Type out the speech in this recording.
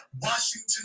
Washington